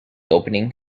opening